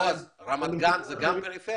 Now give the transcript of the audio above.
בועז, רמת גן היא גם פריפריה?